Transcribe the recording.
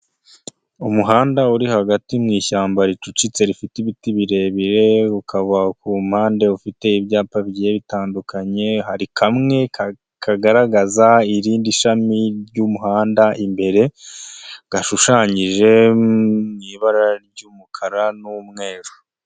Umuhanda uri hagati mu ishyamba ricucitse rifite ibiti birebire, ukaba ku mpande ufite ibyapa bitandukanye, hari kamwe kagaragaza irindi shami ry'umuhanda imbere, gashushanyije, ibara ry'umukara n'umweru.